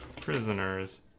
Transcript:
prisoners